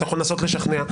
אתה יכול לנסות לשכנע.